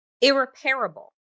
irreparable